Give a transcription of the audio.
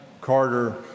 Carter